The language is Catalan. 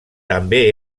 també